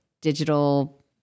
digital